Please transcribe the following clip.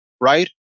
right